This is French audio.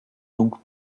donc